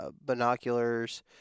binoculars